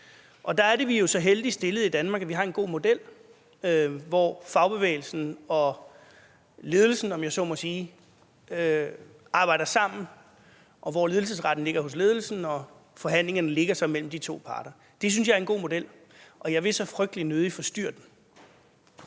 Og der er vi jo så heldigt stillet i Danmark, at vi har en god model, hvor fagbevægelsen og ledelsen, om jeg så må sige, arbejder sammen, og hvor ledelsesretten ligger hos ledelsen – og forhandlingerne ligger så mellem de to parter. Det synes jeg er en god model, og jeg vil så frygtelig nødig forstyrre den.